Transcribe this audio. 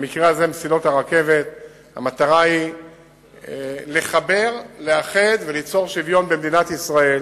במקרה הזה המטרה היא לחבר ולאחד וליצור שוויון במדינת ישראל